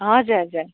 हजुर हजुर